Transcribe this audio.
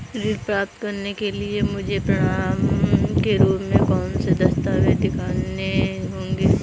ऋण प्राप्त करने के लिए मुझे प्रमाण के रूप में कौन से दस्तावेज़ दिखाने होंगे?